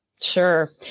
Sure